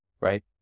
right